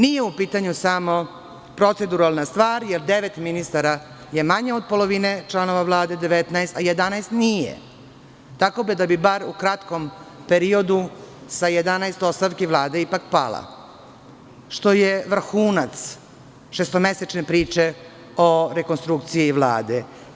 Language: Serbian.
Nije u pitanju samo proceduralna stvar, jer devet ministara je manje od polovine članova Vlade 19, a 11 nije, tako da bi bar u kratkom periodusa 11 ostavki Vlada ipak pala, što je vrhunac šestomesečne priče o rekonstrukciji Vlade.